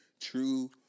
true